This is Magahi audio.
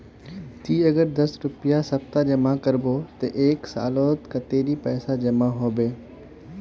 ती अगर दस रुपया सप्ताह जमा करबो ते एक सालोत कतेरी पैसा जमा होबे बे?